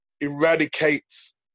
eradicates